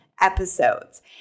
episodes